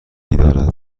دارد